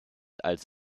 als